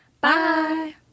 bye